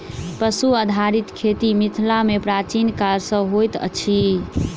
पशु आधारित खेती मिथिला मे प्राचीन काल सॅ होइत अछि